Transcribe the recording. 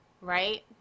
right